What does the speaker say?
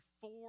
four